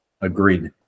Agreed